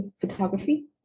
photography